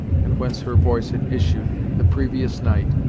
and whence her voice had issued, the previous night,